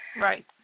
Right